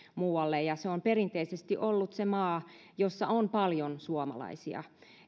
se on perinteisesti ollut se maa jossa on paljon suomalaisia